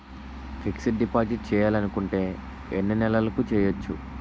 Fixed deposit చేయాలి అనుకుంటే ఎన్నే నెలలకు చేయొచ్చు?